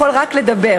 יכול רק לדבר,